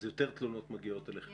יותר תלונות מגיעות אליכם.